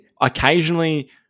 occasionally